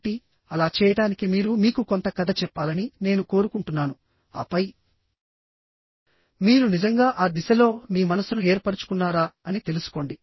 కాబట్టి అలా చేయడానికి మీరుమీకు కొంత కథ చెప్పాలని నేను కోరుకుంటున్నాను ఆపై మీరు నిజంగా ఆ దిశలో మీ మనసును ఏర్పరచుకున్నారా అని తెలుసుకోండి